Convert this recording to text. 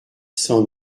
cent